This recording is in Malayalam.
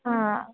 ആ